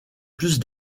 plus